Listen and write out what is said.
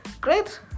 great